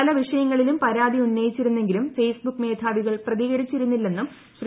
പല വിഷയങ്ങളിലും പരാതി ഉന്നയിച്ചിരുന്നെങ്കിലും ഫെയ്സ്ബുക്ക് മേധാവികൾ പ്രതികരിച്ചിരുന്നില്ലെന്നും ശ്രീ